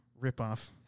ripoff